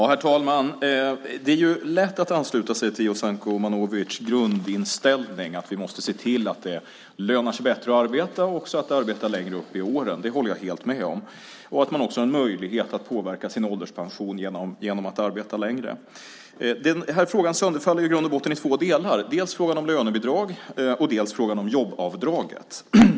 Herr talman! Det är lätt att ansluta sig till Jasenko Omanovics grundinställning. Vi måste se till att det lönar sig bättre att arbeta och också att arbeta längre upp i åren - det håller jag helt med om - och att man också ska ha en möjlighet att påverka sin ålderspension genom att arbeta längre. Denna fråga sönderfaller i grund och botten i två delar, dels frågan om lönebidrag, dels frågan om jobbavdrag.